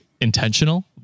intentional